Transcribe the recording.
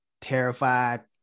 terrified